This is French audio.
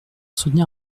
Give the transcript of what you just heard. soutenir